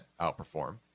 outperform